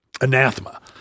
anathema